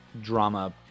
drama